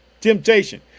temptation